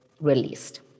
released